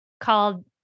called